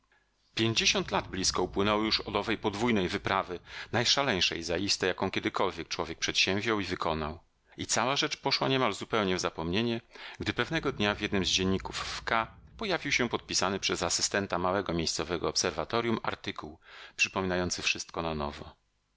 pięćdziesiąt lat blizko upłynęło już od owej podwójnej wyprawy najszaleńszej zaiste jaką kiedykolwiek człowiek przedsięwziął i wykonał i cała rzecz poszła niemal zupełnie w zapomnienie gdy pewnego dnia w jednym z dzienników w k pojawił się podpisany przez asystenta małego miejscowego obserwatorjum artykuł przypominający wszystko na nowo